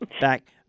Back